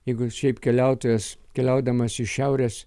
jeigu šiaip keliautojas keliaudamas iš šiaurės